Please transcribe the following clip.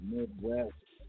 Midwest